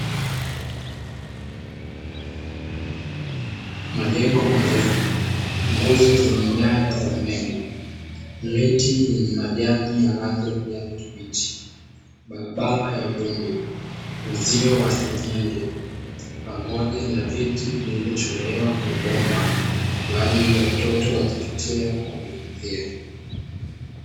Majengo marefu nguzo zenye nyaya za umeme miti yenye majani ya rangi ya kijani kibichi, barabara ya vumbi uzio wa senyenge pamoja na viti vilivyochomelewa kwenye bomba kwa ajili ya watoto wa chekechea kujifunzia.